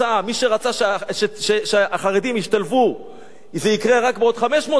מי שרצה שהחרדים ישתלבו וזה יקרה רק בעוד 500 שנה,